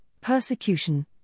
persecution